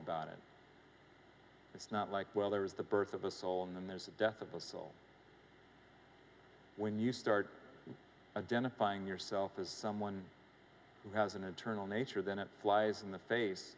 about it it's not like well there's the birth of a soul and then there's the death of the soul when you start identifying yourself as someone who has an eternal nature then it flies in the face